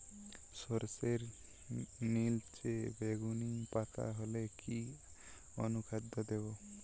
সরর্ষের নিলচে বেগুনি পাতা হলে কি অনুখাদ্য দেবো?